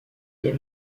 des